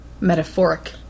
Metaphoric